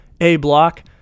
A-Block